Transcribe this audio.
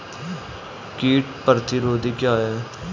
कीट प्रतिरोधी क्या है?